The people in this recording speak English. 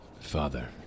Father